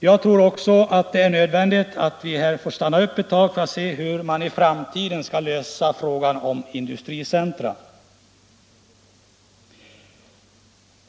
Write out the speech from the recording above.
Jag tror också att det är nödvändigt att stanna upp ett tag för att se hur man i framtiden skall lösa frågan om industricentra.